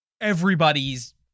everybody's